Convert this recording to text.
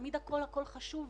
תמיד הכול חשוב,